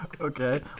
Okay